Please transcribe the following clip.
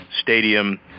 stadium